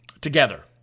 together